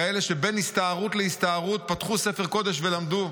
כאלה שבין הסתערות להסתערות פתחו ספר קודש ולמדו,